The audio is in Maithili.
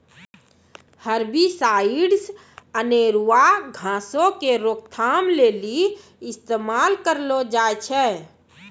हर्बिसाइड्स अनेरुआ घासो के रोकथाम लेली इस्तेमाल करलो जाय छै